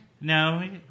No